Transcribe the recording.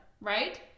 right